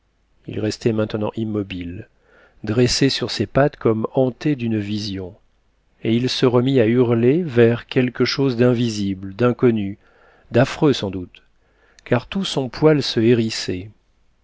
il restait maintenant immobile dressé sur ses pattes comme hanté d'une vision et il se remit à hurler vers quelque chose d'invisible d'inconnu d'affreux sans doute car tout son poil se hérissait